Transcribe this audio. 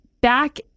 back